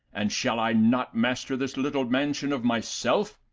and shall i not master this little mansion of my self?